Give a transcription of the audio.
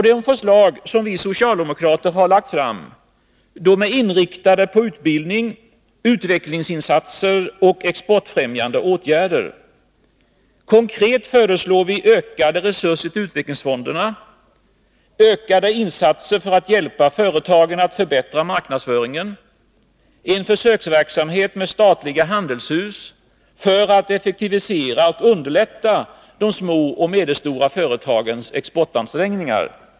De förslag som vi socialdemokrater har lagt fram är inriktade på utbildning, utvecklingsinsatser och exportfrämjande åtgärder. Konkret föreslår vi bl.a. ökade resurser till utvecklingsfonderna, ökade insatser för att hjälpa företagen att förbättra marknadsföringen, en försöksverksamhet med statliga handelshus för att effektivisera och underlätta de små och medelstora företagens exportansträngningar.